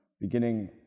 beginning